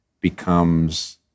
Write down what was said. becomes